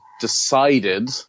decided